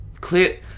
clear